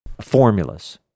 formulas